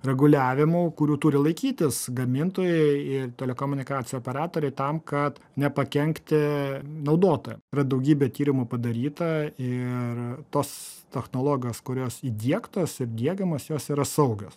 reguliavimų kurių turi laikytis gamintojai ir telekomunikacijų operatoriai tam kad nepakenkti naudotojam yra daugybė tyrimų padaryta ir tos technologijos kurios įdiegtos ir diegiamos jos yra saugios